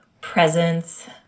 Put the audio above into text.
presence